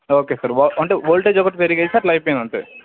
okay sir ఓ అంటే voltage ఒకటి పెరిగాయి సార్ లైఫ్ టైమ్ అంతే